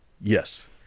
yes